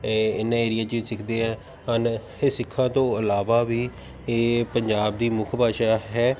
ਇਹ ਇਹਨਾਂ ਏਰੀਆਂ 'ਚ ਵੀ ਸਿੱਖਦੇ ਹੈ ਹਨ ਇਹ ਸਿੱਖਾਂ ਤੋਂ ਇਲਾਵਾ ਵੀ ਇਹ ਪੰਜਾਬ ਦੀ ਮੁੱਖ ਭਾਸ਼ਾ ਹੈ